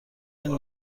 این